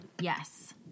yes